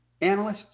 analysts